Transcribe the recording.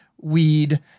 weed